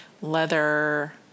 leather